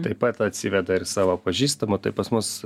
taip pat atsiveda ir savo pažįstamų tai pas mus